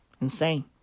Insane